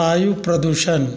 वायु प्रदूषण